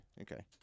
okay